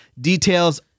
Details